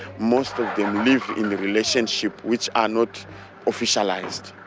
most of them live in a relationship which are not officialised.